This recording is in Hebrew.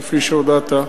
כפי שהודעת,